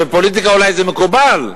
בפוליטיקה אולי זה מקובל,